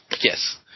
Yes